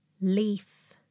Leaf